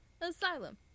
asylum